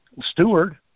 steward